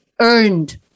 earned